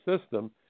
system